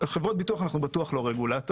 על חברות הביטוח אנו בטוח לא רגולטור,